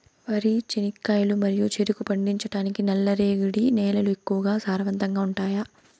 వరి, చెనక్కాయలు మరియు చెరుకు పండించటానికి నల్లరేగడి నేలలు ఎక్కువగా సారవంతంగా ఉంటాయా?